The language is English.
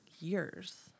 years